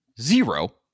zero